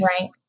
Right